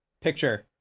picture